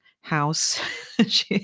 house